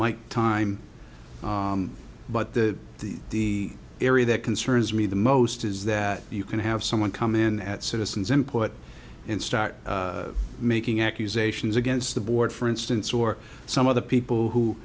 mike time but the the the area that concerns me the most is that you can have someone come in at citizen's import and start making accusations against the board for instance or some other people who